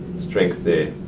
strength there.